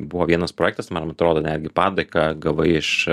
buvo vienas projektas man atrodo netgi padėką gavai iš